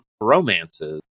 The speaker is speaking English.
romances